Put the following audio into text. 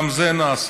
גם זה נעשה.